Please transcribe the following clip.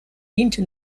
diente